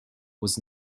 was